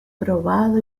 probado